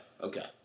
okay